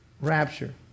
rapture